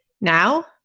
Now